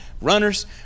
Runners